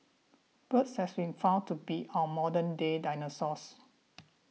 birds has been found to be our modern day dinosaurs